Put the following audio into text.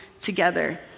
together